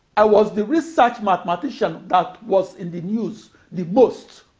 i was the research mathematician that was in the news the most.